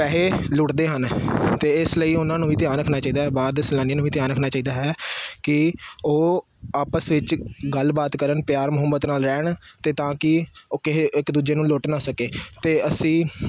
ਪੈਸੇ ਲੁੱਟਦੇ ਹਨ ਅਤੇ ਇਸ ਲਈ ਉਹਨਾਂ ਨੂੰ ਵੀ ਧਿਆਨ ਰੱਖਣਾ ਚਾਹੀਦਾ ਹੈ ਬਾਹਰ ਦੇ ਸੈਲਾਨੀਆਂ ਨੂੰ ਵੀ ਧਿਆਨ ਰੱਖਣਾ ਚਾਹੀਦਾ ਹੈ ਕਿ ਉਹ ਆਪਸ ਵਿੱਚ ਗੱਲਬਾਤ ਕਰਨ ਪਿਆਰ ਮੁਹੱਬਤ ਨਾਲ ਰਹਿਣ ਤੇ ਤਾਂ ਕਿ ਉਹ ਕਿਸੇ ਇੱਕ ਦੂਜੇ ਨੂੰ ਲੁੱਟ ਨਾ ਸਕੇ ਅਤੇ ਅਸੀਂ